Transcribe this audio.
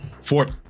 fort